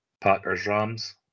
Packers-Rams